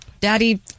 daddy